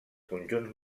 conjunts